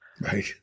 Right